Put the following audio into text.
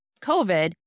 COVID